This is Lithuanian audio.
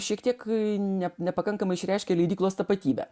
šiek tiek nep nepakankamai išreiškia leidyklos tapatybę